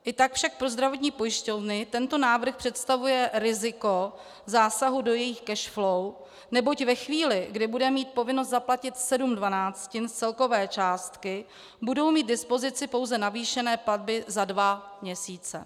I tak však pro zdravotní pojišťovny tento návrh představuje riziko zásahu do jejich cashflow, neboť ve chvíli, kdy bude mít povinnost zaplatit 7/12 z celkové částky, budou mít k dispozici pouze navýšené platby za dva měsíce.